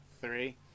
three